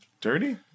dirty